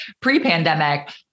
pre-pandemic